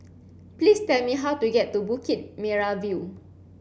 please tell me how to get to Bukit Merah View